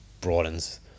broadens